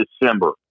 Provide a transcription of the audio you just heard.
December